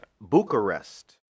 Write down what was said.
Bucharest